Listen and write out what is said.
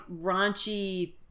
raunchy